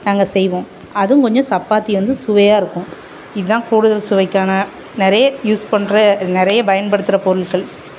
நாங்கள் செய்வோம் அதுவும் கொஞ்சம் சப்பாத்தி வந்து சுவையாக இருக்கும் இதான் கூடுதல் சுவைக்கான நிறைய யூஸ் பண்ணுற நிறைய பயன்படுத்துகிற பொருள்கள்